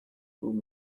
through